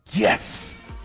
Yes